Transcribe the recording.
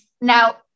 Now